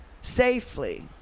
safely